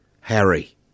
Harry